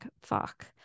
fuck